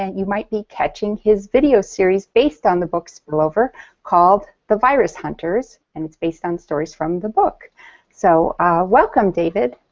and you might be catching his video series based on the book spillover called the virus hunters and its based on stories from the book so welcome david.